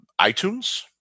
iTunes